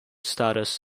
status